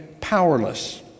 powerless